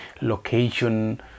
location